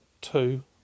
Two